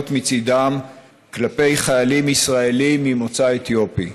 מצידם כלפי חיילים ישראלים ממוצא אתיופי.